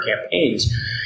campaigns